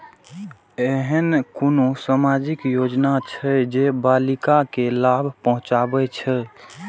ऐहन कुनु सामाजिक योजना छे जे बालिका के लाभ पहुँचाबे छे?